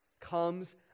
comes